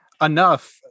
enough